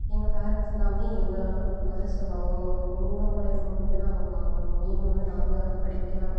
எங்கள் பேரண்ட்ஸ் எல்லாமே எங்களால் முடியாதுன்னு சொன்னாலும் உங்கள் மூலிமா வந்து நாங்கள் பார்க்குறோம் நீங்கள் வந்து நாங்கள் படிக்கலை